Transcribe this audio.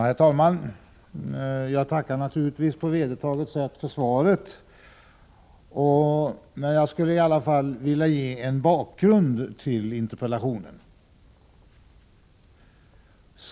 Herr talman! På vederbörligt sätt tackar jag naturligtvis för svaret, men innan jag kommenterar det skulle jag vilja ge en bakgrund till interpella tionen.